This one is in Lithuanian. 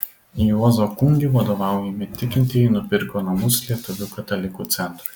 juozo kungi vadovaujami tikintieji nupirko namus lietuvių katalikų centrui